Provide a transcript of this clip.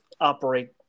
operate